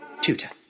Tutor